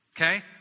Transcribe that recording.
Okay